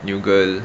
new girl